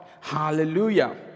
Hallelujah